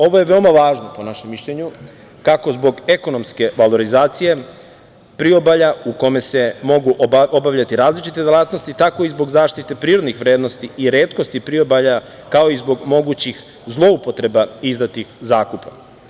Ovo je veoma važno, po našem mišljenju, kako zbog ekonomske valorizacije, priobalja u kome se mogu obavljati različiti delatnosti, tako i zbog zaštite prirodnih vrednosti i retkosti priobalja, kao i zbog mogućih zloupotreba izdatih zakupa.